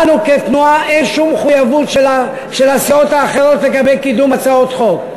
אין שום מחויבות של הסיעות האחרות לגבי קידום הצעות חוק.